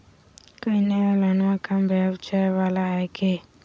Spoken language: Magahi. कोइ नया लोनमा कम ब्याजवा वाला हय की?